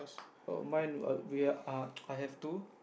oh mine is I I I have two